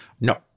No